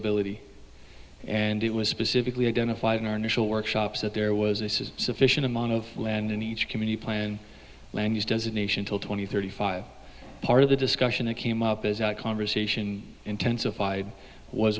ability and it was specifically identified in our initial workshops that there was this is a sufficient amount of land in each community plan and land use designation till twenty thirty five part of the discussion that came up as our conversation intensified was